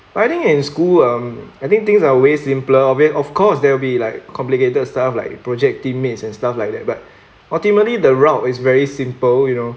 but I think in school um I think things are way simpler okay of course there will be like complicated stuff like project teammates and stuff like that but ultimately the route is very simple you know